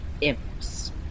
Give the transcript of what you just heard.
imps